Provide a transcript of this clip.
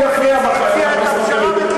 יפה, חבר הכנסת מרגלית.